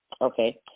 Okay